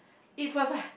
eat first ah